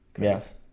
Yes